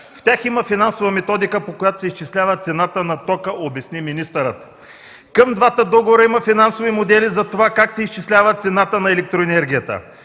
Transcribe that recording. В тях има финансова методика, по която се изчислява цената на тока – обясни министърът. Към двата договора има финансови модели за това как се изчислява цената на електроенергията.